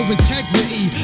integrity